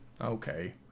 Okay